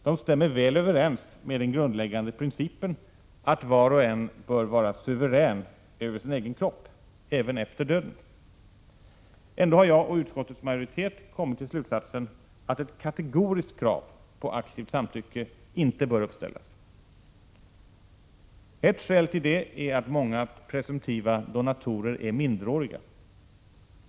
De stämmer väl överens med den grundläggande principen att var och en bör vara suverän över sin egen kropp — även efter döden. Ändå har jag och utskottets majoritet kommit till slutsatsen att ett kategoriskt krav på aktivt samtycke inte bör uppställas. Ett skäl till det är att många presumtiva donatorer är minderåriga.